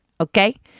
okay